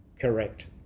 Correct